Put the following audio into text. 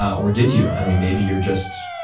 or did you? i mean, maybe you're just,